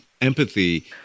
empathy